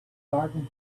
garden